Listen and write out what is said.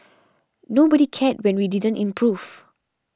nobody cared when we didn't improve